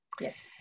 Yes